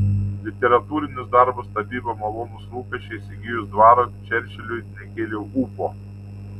literatūrinis darbas tapyba malonūs rūpesčiai įsigijus dvarą čerčiliui nekėlė ūpo